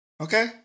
Okay